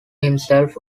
himself